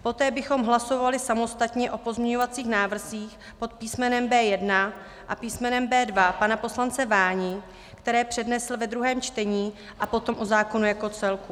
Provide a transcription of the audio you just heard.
Poté bychom hlasovali samostatně o pozměňovacích návrzích pod písmenem B1 a písmenem B2 pana poslance Váni, které přednesl ve druhém čtení, a potom o zákonu jako celku.